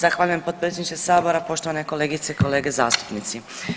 Zahvaljujem potpredsjedniče Sabora, poštovane kolegice i kolege zastupnici.